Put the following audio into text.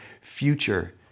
future